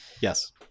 yes